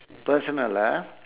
personal ah